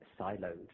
siloed